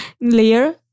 layer